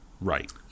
right